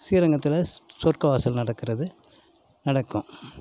ஸ்ரீரங்கத்தில் சொர்க்கவாசல் நடக்கிறது நடக்கும்